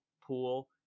pool